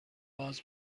باز